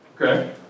Okay